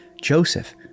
Joseph